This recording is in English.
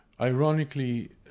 ironically